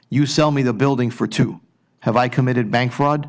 you sell me the building for to have i committed bank